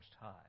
High